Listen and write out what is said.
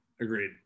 Agreed